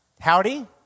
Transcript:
Howdy